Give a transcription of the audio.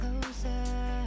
closer